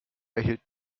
erhielt